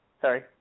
Sorry